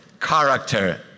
character